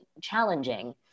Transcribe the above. challenging